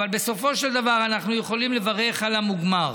אבל בסופו של דבר אנחנו יכולים לברך על המוגמר.